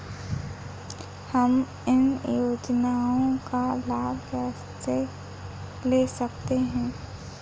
हम इन योजनाओं का लाभ कैसे ले सकते हैं?